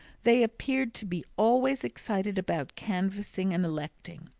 they appeared to be always excited about canvassing and electing.